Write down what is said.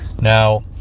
Now